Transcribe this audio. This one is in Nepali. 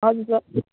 हजुर सर